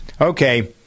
Okay